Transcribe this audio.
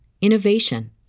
innovation